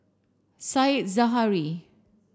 Said Zahari